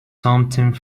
something